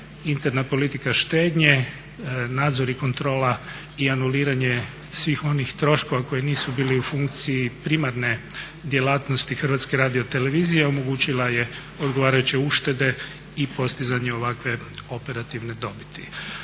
interna politika štednje nadzor i kontrola i anuliranje svih onih troškova koji nisu bili u funkciji primarne djelatnosti HRT-a omogućila je odgovarajuće uštede i postizanje ovakve operativne dobiti.